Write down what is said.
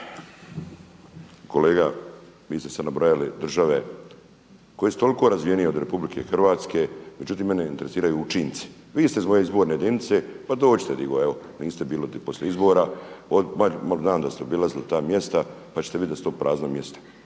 Kolega, vi ste sad nabrajali države koje su toliko razvijenije od Republike Hrvatske, međutim mene interesiraju učinci. Vi ste iz svoje izborne jedinice, pa dođite, niste bili poslije izbora, znam da ste obilazili ta mjesta, pa ćete vidjeti da su to prazna mjesta.